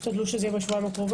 תשתדלו שיהיה בשבועיים הקרובים.